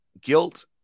guilt